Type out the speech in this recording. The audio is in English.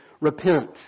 repent